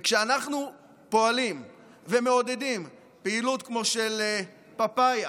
וכשאנחנו פועלים ומעודדים פעילות כמו של פפאיה